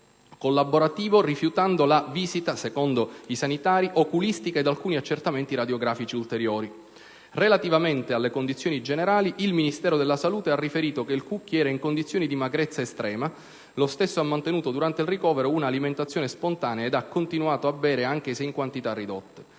collaborativo, rifiutando - secondo quanto riferito dai sanitari - la visita oculistica ed alcuni accertamenti radiografici ulteriori. Relativamente alle condizioni generali, il Ministero della salute ha riferito che il Cucchi era in condizioni di magrezza estrema. Lo stesso ha mantenuto durante il ricovero una alimentazione spontanea ed ha continuato a bere, anche se in quantità ridotte;